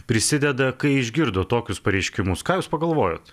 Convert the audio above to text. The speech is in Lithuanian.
prisideda kai išgirdo tokius pareiškimus ką jūs pagalvojot